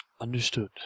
Understood